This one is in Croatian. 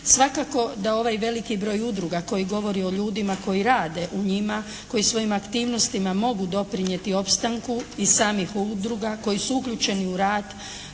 Svakako da ovaj veliki broj udruga koji govori o ljudima koji rade u njima, koji svojim aktivnostima mogu doprinijeti opstanku i samih udruga koji su uključeni u rad